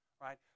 Right